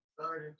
Sorry